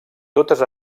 totes